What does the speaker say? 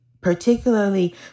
particularly